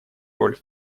роль